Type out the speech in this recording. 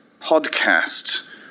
podcast